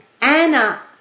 Anna